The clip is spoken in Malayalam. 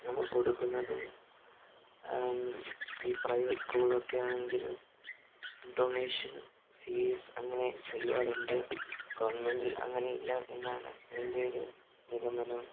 നമ്മൾ കൊടുക്കുന്നതും ഈ പ്രൈവറ്റ് സ്കൂൾ ഒക്കെ ആണെങ്കില് ഡൊണേഷന് ഫീസ് അങ്ങനെ ഒരുപാട് ഉണ്ട് ഗവണ്മെന്റില് അങ്ങനെ ഇല്ല എന്നാണ് എന്റെ ഒരു നിഗമനം